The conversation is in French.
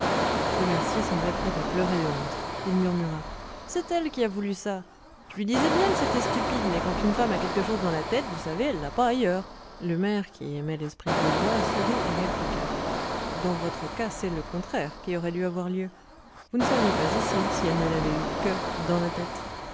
le mercier semblait prêt à pleurer de honte il murmura c'est elle qui a voulu ça je lui disais bien que c'était stupide mais quand une femme a quelque chose dans la tête vous savez elle ne l'a pas ailleurs le maire qui aimait l'esprit gaulois sourit et répliqua dans votre cas c'est le contraire qui aurait dû avoir lieu vous ne seriez pas ici si elle ne l'avait eu que dans la tête